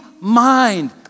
mind